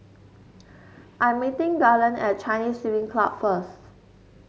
I'm meeting Garland at Chinese Swimming Club first